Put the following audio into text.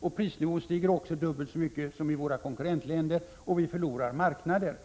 och prisnivån dubbelt så mycket som i våra konkurrentländer, och vi förlorar marknader.